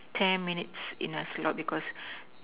ten minutes in a slot because